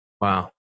Wow